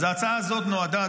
אז ההצעה הזאת נועדה,